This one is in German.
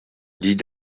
die